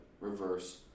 Reverse